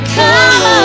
come